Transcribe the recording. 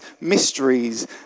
mysteries